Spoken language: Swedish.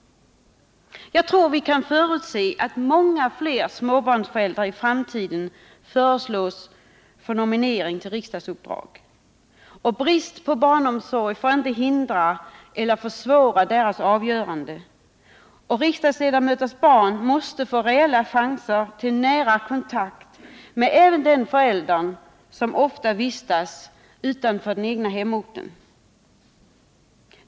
Jag tror att vi kan förutse att många fler småbarnsföräldrar i framtiden föreslås för nominering till riksdagsuppdrag. Brist på barnomsorg får inte hindra eller försvåra deras avgörande, och riksdagsledamöters barn måste få reella chanser till nära kontakt med även den förälder som ofta vistas utanför den egna hemorten.